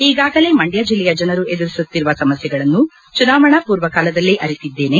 ಈಗಾಗಲೇ ಮಂಡ್ಕ ಜಿಲ್ಲೆಯ ಜನರು ಎದುರಿಸುತ್ತಿರುವ ಸಮಸ್ಥೆಗಳನ್ನು ಚುನಾವಣಾ ಪೂರ್ವ ಕಾಲದಲ್ಲೇ ಅರಿತಿದ್ದೇನೆ